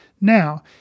Now